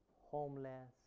homeless